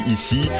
ici